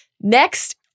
Next